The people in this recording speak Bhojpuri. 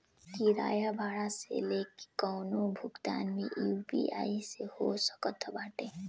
किराया भाड़ा से लेके कवनो भुगतान भी यू.पी.आई से हो सकत बाटे